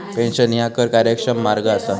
pension ह्या कर कार्यक्षम मार्ग असा